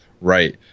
Right